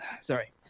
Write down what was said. sorry